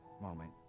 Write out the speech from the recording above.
moment